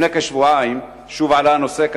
לפני כשבועיים שוב עלה הנושא,